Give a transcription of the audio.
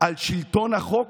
על שלטון החוק?